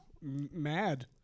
mad